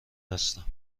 هستم